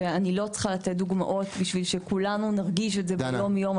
ואני לא צריכה לתת דוגמאות בשביל שכולנו נרגיש את זה ביום יום.